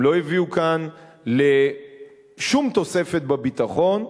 הן לא הביאו כאן לשום תוספת בביטחון,